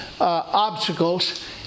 obstacles